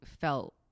felt